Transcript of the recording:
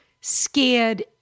scared